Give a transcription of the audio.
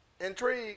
Intrigue